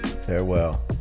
Farewell